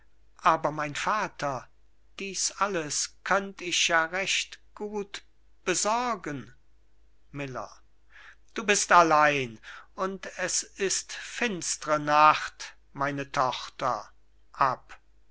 aber mein vater dies alles könnt ich ja recht gut besorgen miller du bist allein und es ist finstre nacht meine tochter